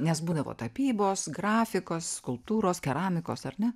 nes būdavo tapybos grafikos skulptūros keramikos ar ne